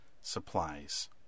supplies